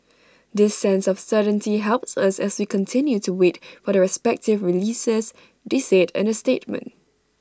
this sense of certainty helps us as we continue to wait for the respective releases they said in A statement